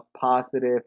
positive